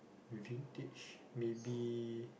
vintage maybe